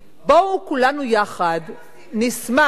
בואו כולנו יחד נשמח,